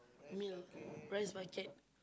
meal rice bucket